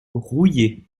rouillé